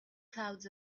clouds